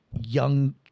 young